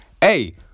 hey